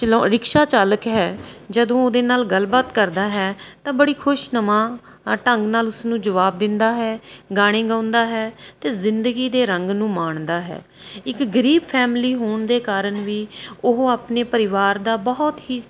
ਚਲੋ ਰਿਕਸ਼ਾ ਚਾਲਕ ਹੈ ਜਦੋਂ ਉਹਦੇ ਨਾਲ ਗੱਲ ਬਾਤ ਕਰਦਾ ਹੈ ਤਾਂ ਬੜੀ ਖੁਸ਼ਨੁਮਾ ਢੰਗ ਨਾਲ ਉਸਨੂੰ ਜਵਾਬ ਦਿੰਦਾ ਹੈ ਗਾਣੇ ਗਾਉਂਦਾ ਹੈ ਅਤੇ ਜ਼ਿੰਦਗੀ ਦੇ ਰੰਗ ਨੂੰ ਮਾਣਦਾ ਹੈ ਇੱਕ ਗਰੀਬ ਫੈਮਿਲੀ ਹੋਣ ਦੇ ਕਾਰਨ ਵੀ ਉਹ ਆਪਣੇ ਪਰਿਵਾਰ ਦਾ ਬਹੁਤ ਹੀ